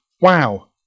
WOW